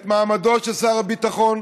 את מעמדו של שר הביטחון.